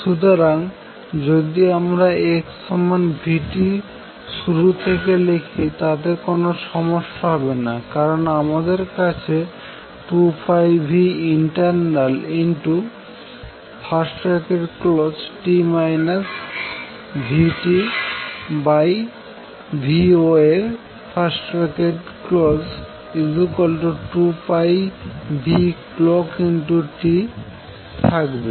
সুতরাং যদি আমরা x v t শুরু থেকে লিখি তাতে কোনো সমস্যা হবে না কারন আমাদের কাছে 2πinternalt vtvwave2πclockt থাকবে